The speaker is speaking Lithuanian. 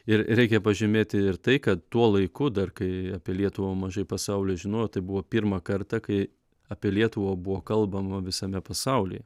ir reikia pažymėti ir tai kad tuo laiku dar kai apie lietuvą mažai pasaulio žinojo tai buvo pirmą kartą kai apie lietuvą buvo kalbama visame pasaulyje